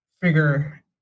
figure